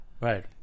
Right